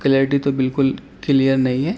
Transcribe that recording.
clarity تو بالکل clear نہیں ہے